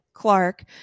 Clark